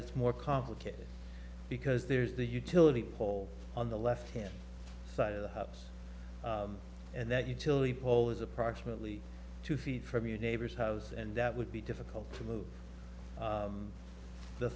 it's more complicated because there's the utility pole on the left hand side of the ups and that utility pole is approximately two feet from your neighbor's house and that would be difficult to move the